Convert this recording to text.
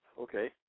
Okay